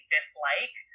dislike